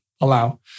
allow